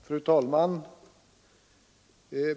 Fru talman!